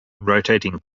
rotating